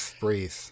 breathe